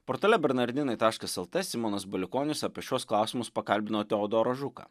portale bernardinai taškas lt simonas baliukonis apie šiuos klausimus pakalbino teodoro žuką